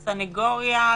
הסנגוריה?